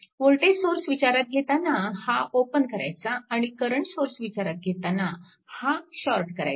voltage source विचारात घेताना हा ओपन करायचा आणि करंट सोर्स विचारात घेताना हा शॉर्ट करायचा